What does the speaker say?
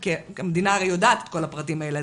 המדינה הרי יודעת את הפרטים האלה,